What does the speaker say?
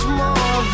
more